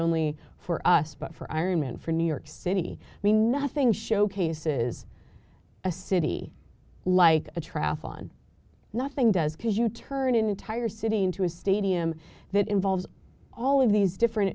only for us but for iron man for new york city me nothing showcases a city like a traffic on nothing does because you turn an entire city into a stadium that involves all of these different